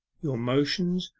your motions,